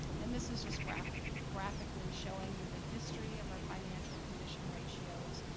and this is just graphically graphically showing you the history of our financial condition ratios,